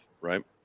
Right